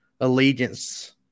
allegiance